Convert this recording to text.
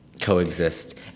coexist